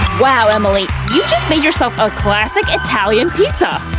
wow, emily! you just made yourself a classic italian pizza!